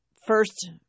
first